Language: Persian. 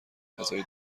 غذای